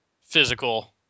physical